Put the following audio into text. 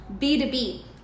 B2B